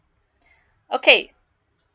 okay